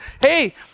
hey